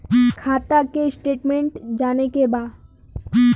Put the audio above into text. खाता के स्टेटमेंट जाने के बा?